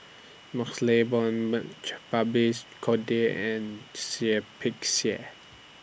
MaxLe Blond Babes Conde and Seah Peck Seah